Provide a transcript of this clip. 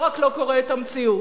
לא רק לא קורא את המציאות